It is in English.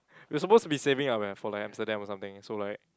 we are supposed to be saving up eh for like Amsterdam or something so like